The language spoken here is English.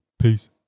Peace